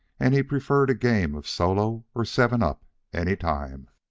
and he preferred a game of solo or seven-up any time.